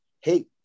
Hey